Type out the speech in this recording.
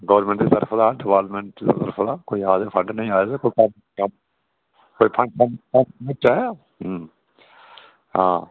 government दी तरफ दा डिपार्टमेंट दी तरफ दा कोई आए दे फडं जा नेई आ दे कोई कम्म शम्म आए दा जां नेईं